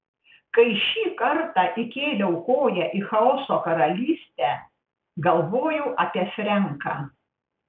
kai šį kartą įkėliau koją į chaoso karalystę galvojau apie frenką